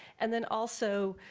and then also,